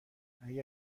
اگه